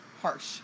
harsh